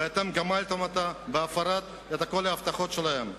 ואתם גמלתם להם בהפרת כל ההבטחות שלהם.